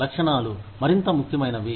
లక్షణాలు మరింత ముఖ్యమైనవి